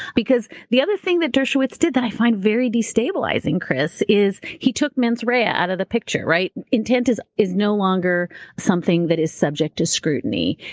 because the other thing that dershowitz did that i find very destabilizing, chris, is he took mens rea out of the picture, right? intent is is no longer something that is subject to scrutiny.